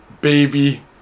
baby